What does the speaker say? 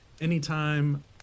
anytime